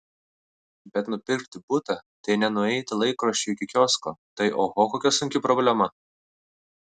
bet nupirkti butą tai ne nueiti laikraščio iki kiosko tai oho kokia sunki problema